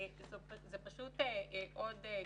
זה פשוט עוד כישלון.